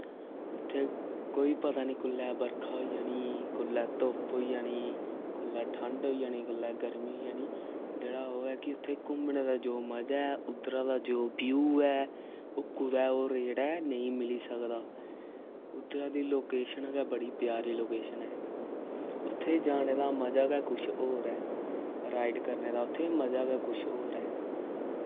उत्थै कोई पता निं कुसलै बरखा होई जानी कुसलै धुप्प होई जानी कुसलै ठंड होई जानी कुसलै गर्मी होई जानी जेह्ड़ा ओ ऐ कि उत्थै घुम्मने दा जो मजा ऐ उद्धरा दा जो व्यू ऐ ओ कुतै और जेह्ड़ा ऐ नेईं मिल्ली सकदा उद्धरा दी लोकेशन गै बड़ी प्यारी लोकेशन ऐ उत्थै जाने दा मजा गै किश और ऐ राइड करने दा उत्थै मजा गै किश और ऐ